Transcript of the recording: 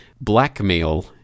blackmail